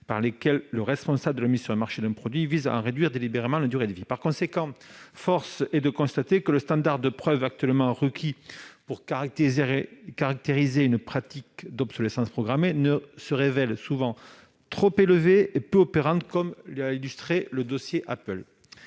par lesquelles le responsable de la mise sur le marché d'un produit vise à en réduire délibérément la durée de vie ». Force est de constater que le standard de preuve actuellement requis pour caractériser la pratique d'obsolescence programmée se révèle souvent trop élevé et peu opérant, comme l'a illustré le dossier Apple.